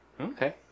okay